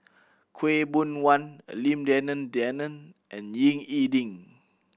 Khaw Boon Wan Lim Denan Denon and Ying E Ding